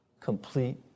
complete